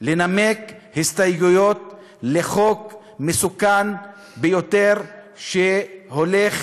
לנמק הסתייגויות לחוק מסוכן ביותר שהולך